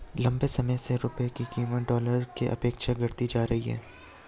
लंबे समय से रुपये की कीमत डॉलर के अपेक्षा घटती जा रही है